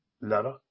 letter